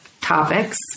topics